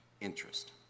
interest